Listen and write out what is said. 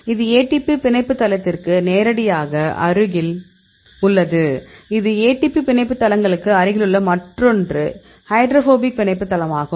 இது ATP பிணைப்பு தளத்திற்கு நேரடியாக அருகில் உள்ளது இது ATP பிணைப்பு தளங்களுக்கு அருகிலுள்ள மற்றொன்று ஹைட்ரோபோபிக் பிணைப்பு தளமாகும்